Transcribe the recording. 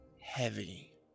Heavy